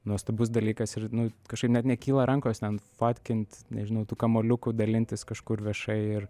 nuostabus dalykas ir nu kažkaip net nekyla rankos ten fotkint nežinau tų kamuoliukų dalintis kažkur viešai ir